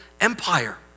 empire